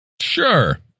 Sure